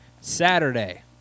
Saturday